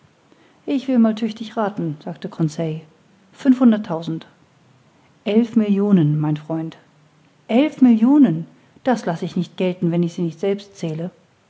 ich will einmal tüchtig rathen sagte conseil fünfhunderttausend elf millionen mein freund elf millionen das laß ich nicht gelten wenn ich sie nicht selbst zähle